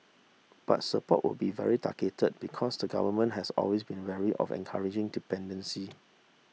but support will be very targeted because the Government has always been wary of encouraging dependency